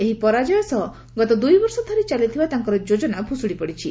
ଏହି ପରାଜୟ ସହ ଗତ ଦୁଇ ବର୍ଷ ଧରି ଚାଲିଥିବା ତାଙ୍କର ଯୋଜନା ଭୁଷୁଡ଼ି ପଡ଼ିଛି